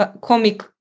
comic